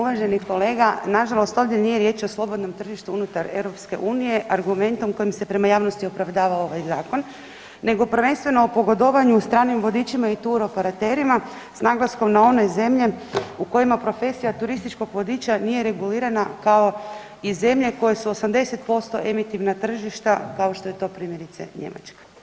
Uvaženi kolega, na žalost ovdje nije riječ o slobodnom tržištu unutar EU argumentom kojim se prema javnosti opravdava ovaj zakon, nego prvenstveno o pogodovanju stranim vodičima i tur operaterima s naglaskom na one zemlje u kojima profesija turističkog vodiča nije regulirana kao i zemlje koje su 80% emitivna tržišta kao što je to primjerice Njemačka.